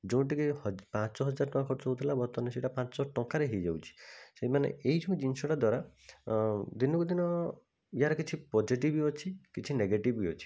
ଯେଉଁଠିକି ପାଞ୍ଚ ହଜାର ଟଙ୍କା ଖର୍ଚ୍ଚ ହେଉଥିଲା ବର୍ତ୍ତମାନ ସେଇଟା ପାଞ୍ଚ ଟଙ୍କାରେ ହେଇଯାଉଛି ସେମାନେ ଏହିସବୁ ଜିନିଷଟା ଦ୍ୱାରା ଦିନୁକୁ ଦିନ ଏହାର କିଛି ପଜେଟିଭ୍ ଅଛି କିଛି ନେଗେଟିଭ୍ ବି ଅଛି